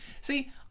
See